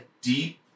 deep